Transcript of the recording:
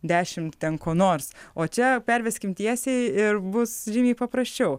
dešimt ten ko nors o čia perveskim tiesiai ir bus žymiai paprasčiau